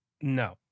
No